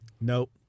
nope